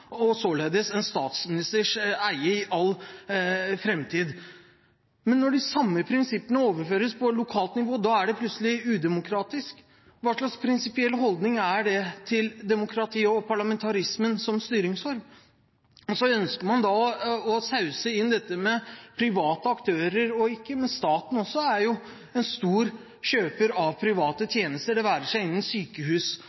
og således en statsministers eie i all framtid. Men når de samme prinsippene overføres på lokalt nivå, er de plutselig udemokratiske. Hva slags prinsipiell holdning er dette til demokratiet og parlamentarismen som styreform? Så ønsker man å sause inn dette med private aktører. Ikke minst staten er en stor kjøper av private tjenester, det være seg innen